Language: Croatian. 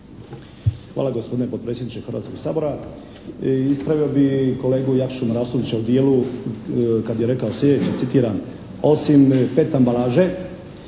Hvala gospodine potpredsjedniče Hrvatskog sabora. Ispravio bih kolegu Jakšu Marasovića u dijelu kad je rekao sljedeće, citiram: «Osim pet ambalaže